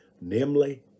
Namely